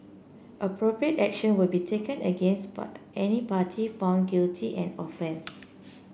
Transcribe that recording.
appropriate action will be taken against any party found guilty and offence